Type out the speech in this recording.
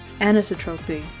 anisotropy